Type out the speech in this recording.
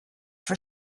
for